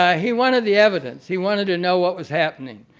ah he wanted the evidence. he wanted to know what was happening.